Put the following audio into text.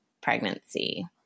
pregnancy